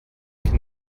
can